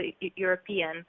European